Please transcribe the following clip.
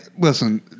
Listen